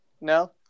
No